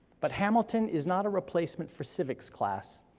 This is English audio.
but hamilton is not a replacement for civics class,